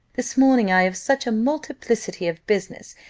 this morning i have such a multiplicity of business,